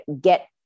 get